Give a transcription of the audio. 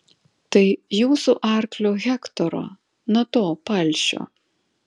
tai jūsų arklio hektoro na to palšio